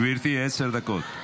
גברתי, עשר דקות.